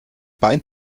bein